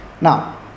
Now